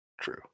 True